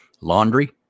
Laundry